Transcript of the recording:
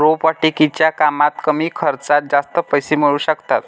रोपवाटिकेच्या कामात कमी खर्चात जास्त पैसे मिळू शकतात